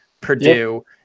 Purdue